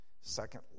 Second